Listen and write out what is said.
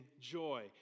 joy